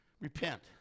repent